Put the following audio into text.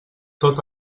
tot